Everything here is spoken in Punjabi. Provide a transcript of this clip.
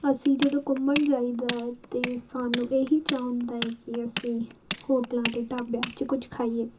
ਅਸੀਂ ਜਦੋਂ ਘੁੰਮਣ ਜਾਈਦਾ ਹੈ ਤਾਂ ਸਾਨੂੰ ਇਹੀ ਚਾਅ ਹੁੰਦਾ ਹੈ ਕਿ ਅਸੀਂ ਹੋਟਲਾਂ ਅਤੇ ਢਾਬਿਆਂ 'ਚ ਕੁਝ ਖਾਈਏ